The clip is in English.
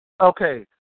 Okay